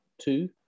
two